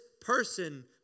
person